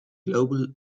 global